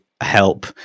help